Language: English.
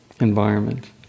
environment